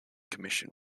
commission